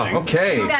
ah okay, yeah